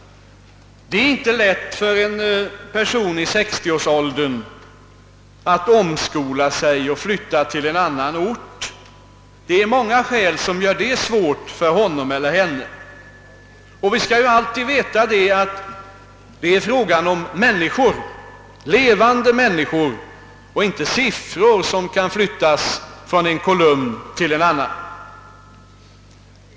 Det kan av många skäl vara svårt för en person i 60-årsåldern att omskola sig och flytta till en annan ort. Vi skall ha klart för oss att det gäller människor — levande människor — och inte siffror som kan flyttas från en kolumn till en annan.